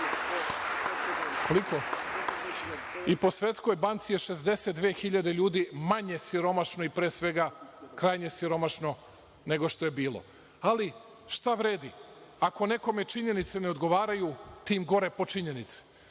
i po Svetskoj banci je 62 hiljade ljudi je manje siromašno i, pre svega, krajnje siromašno nego što je bilo. Ali, šta vredi, ako nekome činjenice ne odgovaraju, tim gore po činjenice.